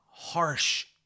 harsh